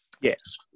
Yes